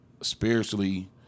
Spiritually